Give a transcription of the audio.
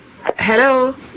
Hello